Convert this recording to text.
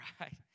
right